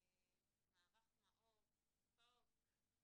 מערך מאו"ר סוף סוף